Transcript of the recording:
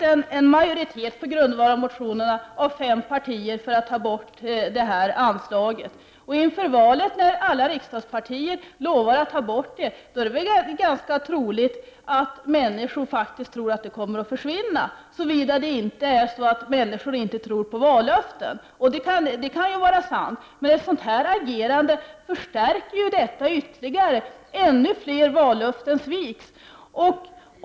Fru talman! Vi kunde på grundval av dessa motioner ha haft en majoritet av fem partier för att få bort anslaget. Inför valet lovade alla riksdagspartier att ta bort anslaget. Då är det ju ganska troligt att människor faktiskt utgår ifrån att anslaget kommer att försvinna, såvida människor inte längre tror på vallöften. Det kan ju vara så också. Men ett sådant agerande stärker ju ytterligare tron att ännu fler vallöften sviks.